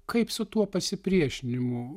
kaip su tuo pasipriešinimu